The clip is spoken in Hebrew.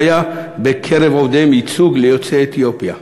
היה בקרב עובדיהם ייצוג ליוצאי אתיופיה.